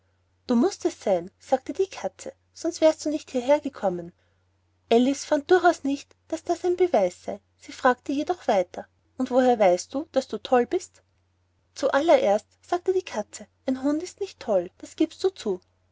du mußt es sein sagte die katze sonst wärest du nicht hergekommen alice fand durchaus nicht daß das ein beweis sei sie fragte jedoch weiter und woher weißt du daß du toll bist zu allererst sagte die katze ein hund ist nicht toll das giebst du zu